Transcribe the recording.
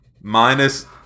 minus